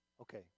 Okay